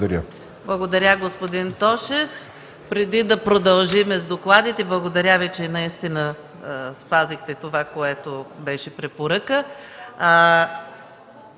Благодаря